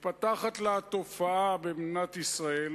מתפתחת לה תופעה במדינת ישראל,